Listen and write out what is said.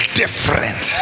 different